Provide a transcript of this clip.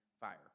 fire